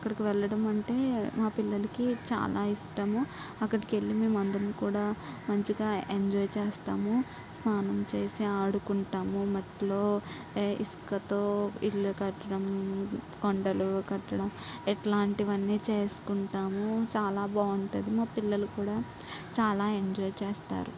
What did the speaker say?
అక్కడికి వెళ్ళడం అంటే మా పిల్లలకి చాలా ఇష్టము అక్కడికి వెళ్ళి మేమందరం కూడా మంచిగా ఎంజాయ్ చేస్తాము స్నానం చేసి ఆడుకుంటాము మట్లో ఏ ఇసుకతో ఇల్లు కట్టడం కొండలు కట్టడం ఇట్లాంటివన్నీ చేసుకుంటాము చాలా బాగుంటుంది మా పిల్లలు కూడా చాలా ఎంజాయ్ చేస్తారు